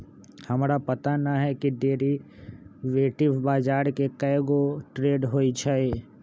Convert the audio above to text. हमरा पता न हए कि डेरिवेटिव बजार में कै गो ट्रेड होई छई